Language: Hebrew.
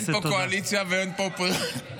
אין פה קואליציה ואין פה אופוזיציה.